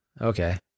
okay